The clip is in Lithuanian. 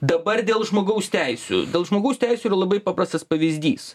dabar dėl žmogaus teisių dėl žmogaus teisių yra labai paprastas pavyzdys